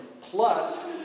Plus